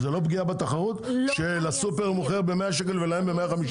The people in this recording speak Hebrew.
זאת לא פגיעה בתחרות שלסופר מוכרים ב-100 שקלים ולהם ב-150,